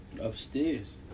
Upstairs